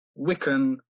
Wiccan